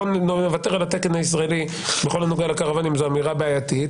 בוא נוותר על התקן הישראלי בכל הנוגע לקרוואנים זו אמירה בעייתית.